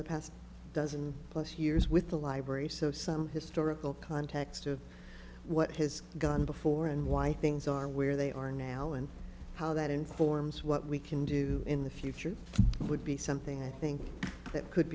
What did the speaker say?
the past dozen plus years with the library so some historical context of what has gone before and why things are where they are now and how that informs what we can do in the future would be something i think that could